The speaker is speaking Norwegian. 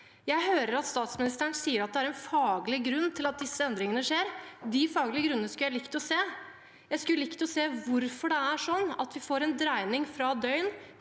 Jeg hører at statsministeren sier at det er en faglig grunn til at disse endringene skjer. De faglige grunnene skulle jeg likt å se. Jeg skulle likt å se hvorfor det er sånn at vi får en dreining fra